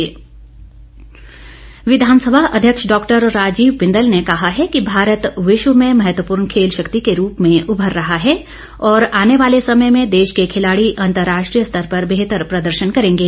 बिंदल विधानसभा अध्यक्ष डॉ राजीव बिंदल ने कहा है कि भारत विश्व में महत्वपूर्ण खेल शक्ति के रूप में उमर रहा है और आने वाले समय में देश के खिलाड़ी अंतर्राष्ट्रीय स्तर पर बेहतर प्रदर्शन करेंगे